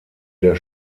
der